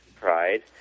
Pride